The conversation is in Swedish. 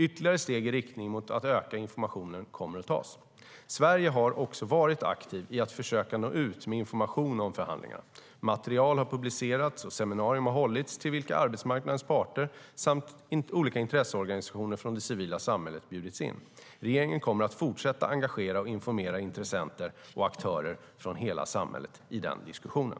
Ytterligare steg i riktning mot att öka informationen kommer att tas. Sverige har också varit aktivt i att försöka nå ut med information om förhandlingarna. Material har publicerats och seminarier har hållits till vilka arbetsmarknadens parter samt intresseorganisationer från det civila samhället bjudits in. Regeringen kommer att fortsätta engagera och informera intressenter och aktörer från hela samhället i den diskussionen.